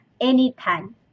anytime